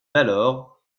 d’alors